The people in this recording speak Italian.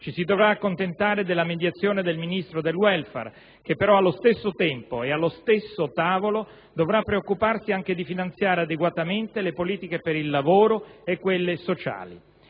Ci si dovrà accontentare della mediazione del Ministro del *Welfare* che, però, allo stesso tempo e allo stesso tavolo, dovrà preoccuparsi anche di finanziare adeguatamente le politiche per il lavoro e quelle sociali.